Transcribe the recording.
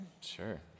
Sure